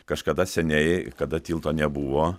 kažkada seniai kada tilto nebuvo